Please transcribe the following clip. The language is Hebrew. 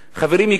חברים יקרים,